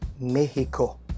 Mexico